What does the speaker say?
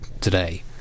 today